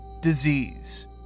disease